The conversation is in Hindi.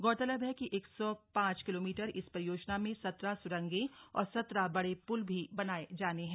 गौरतलब है कि एक सौ पांच किलोमीटर इस परियोजना में सत्रह सुरंगे और सत्रह बड़े पुल भी बनाये जाने हैं